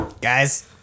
Guys